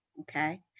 Okay